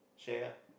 share ah